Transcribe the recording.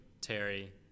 Terry